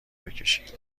بکشید